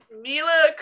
Mila